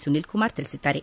ಸುನೀಲ್ ಕುಮಾರ್ ತಿಳಿಸಿದ್ದಾರೆ